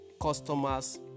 customers